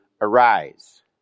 arise